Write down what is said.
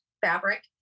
fabric